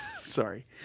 Sorry